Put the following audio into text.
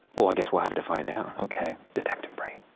well, i guess we'll have to find out. okay, detective brain.